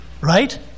Right